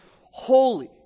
holy